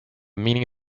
meaning